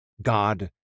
God